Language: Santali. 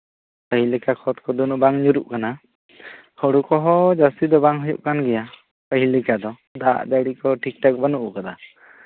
ᱯᱟᱹᱦᱤᱞ ᱞᱮᱠᱟ ᱠᱷᱚᱫ ᱠᱷᱩᱫᱟᱹᱱ ᱦᱚᱸ ᱵᱟᱝ ᱧᱩᱨᱦᱟᱹᱜ ᱠᱟᱱᱟ ᱦᱳᱲᱳ ᱠᱚᱦᱚᱸ ᱡᱟᱹᱥᱛᱤ ᱫᱚ ᱵᱟᱝ ᱦᱩᱭᱩᱜ ᱠᱟᱱ ᱜᱮᱭᱟ ᱯᱟᱹᱦᱤᱞ ᱞᱮᱠᱟ ᱫᱚ ᱫᱟᱜ ᱡᱟᱹᱲᱤ ᱠᱚ ᱴᱷᱤᱠ ᱴᱷᱟᱠ ᱵᱟᱹᱱᱩᱜ ᱠᱟᱫᱟ